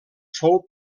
fou